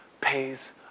pays